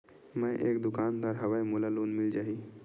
मै एक दुकानदार हवय मोला लोन मिल जाही?